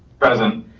present.